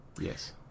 Yes